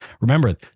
Remember